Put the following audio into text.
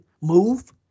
move